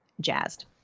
jazzed